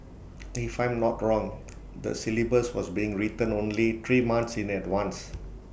if I'm not wrong the syllabus was being written only three months in advance